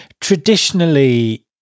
traditionally